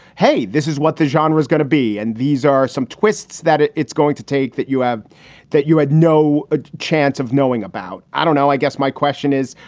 hey, this is what the genre is going to be. and these are some twists that it's going to take that you have that you had no ah chance of knowing about. i don't know. i guess my question is,